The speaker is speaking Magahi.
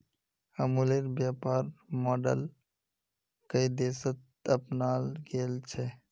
अमूलेर व्यापर मॉडल कई देशत अपनाल गेल छ